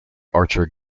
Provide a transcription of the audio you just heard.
archer